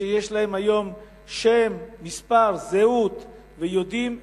ושיש להם היום שם, מספר, זהות, ויודעים מיהם.